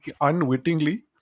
unwittingly